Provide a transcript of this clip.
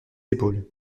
épaules